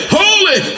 holy